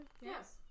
Yes